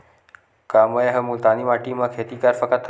का मै ह मुल्तानी माटी म खेती कर सकथव?